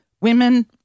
women